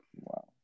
Wow